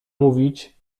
mówić